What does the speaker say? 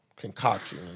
concoction